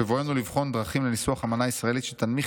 בבואנו לבחון דרכים לניסוח אמנה ישראלית שתנמיך